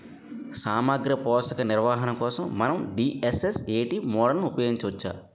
సామాగ్రి పోషక నిర్వహణ కోసం మనం డి.ఎస్.ఎస్.ఎ.టీ మోడల్ని ఉపయోగించవచ్చా?